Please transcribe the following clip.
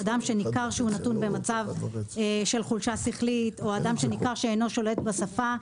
אדם שניכר שהוא נתון במצב של חולשה שכלית או אדם שניכר שאינו שולט בשפה,